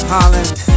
Holland